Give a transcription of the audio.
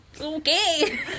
Okay